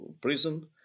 prison